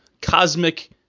cosmic